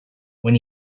when